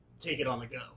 take-it-on-the-go